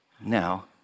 Now